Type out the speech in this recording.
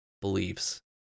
beliefs